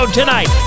tonight